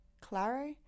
Claro